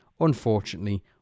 unfortunately